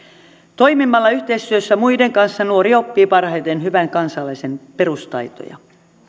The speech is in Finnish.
toimimalla yhteistyössä muiden kanssa nuori oppii parhaiten hyvän kansalaisen perustaitoja